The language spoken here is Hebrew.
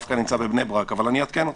אבל אני אעדכן אותך.